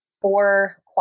four